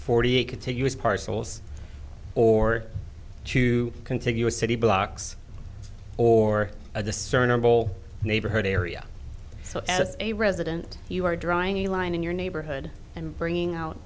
forty eight contiguous parcels or two contiguous city blocks or a discernable neighborhood area so as a resident you are drawing a line in your neighborhood and bringing